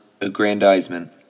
aggrandizement